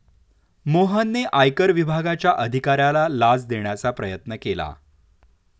मोहनने आयकर विभागाच्या अधिकाऱ्याला लाच देण्याचा प्रयत्न केला